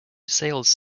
sales